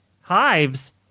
Hives